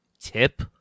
tip